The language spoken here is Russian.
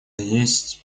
есть